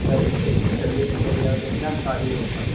در دریا دریا دریا گنج میں انصاری روڈ پر